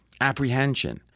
apprehension